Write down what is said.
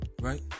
Right